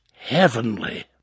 heavenly